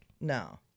No